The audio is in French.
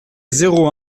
zéro